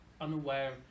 unaware